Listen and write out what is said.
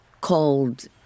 called